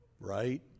Right